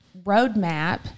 roadmap